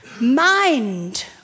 mind